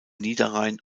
niederrhein